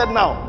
now